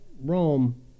Rome